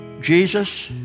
Jesus